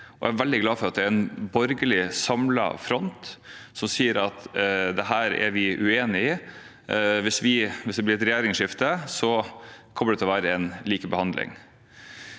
Jeg er veldig glad for at det er en samlet borgerlig front som sier at dette er vi uenig i. Hvis det blir et regjeringsskifte, kommer det til å være en likebehandling.